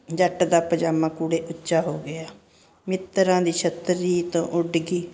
ਜੱਟ ਦਾ ਪਜਾਮਾ ਕੁੜੇ ਉੱਚਾ ਹੋ ਗਿਆ ਮਿੱਤਰਾਂ ਦੀ ਛੱਤਰੀ ਤੋਂ ਉੱਡਗੀ